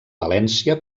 valència